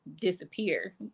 disappear